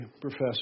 professor